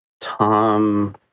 Tom